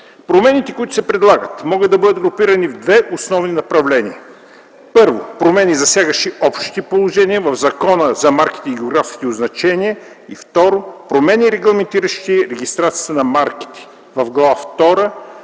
Промените, които се предлагат, могат да бъдат групирани в две основни направления: промени, засягащи общите положения в Закона за марките и географските означения и промени, регламентиращи регистрацията на марките (Глава втора)